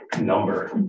number